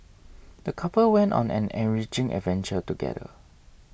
the couple went on an enriching adventure together